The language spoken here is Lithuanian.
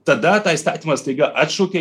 tada tą įstatymą staiga atšaukė